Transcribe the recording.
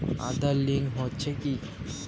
Aadhaar link হচ্ছে কি?